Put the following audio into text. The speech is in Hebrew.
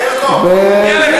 ברקו,